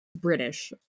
British